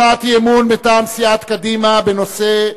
הצעת אי-אמון מטעם סיעת קדימה בנושא: